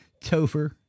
Topher